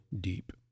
deep